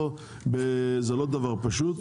זה לא דבר פשוט.